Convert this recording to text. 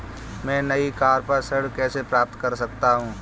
मैं नई कार पर ऋण कैसे प्राप्त कर सकता हूँ?